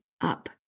up